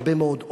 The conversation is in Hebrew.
הרבה מאוד עוני,